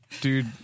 Dude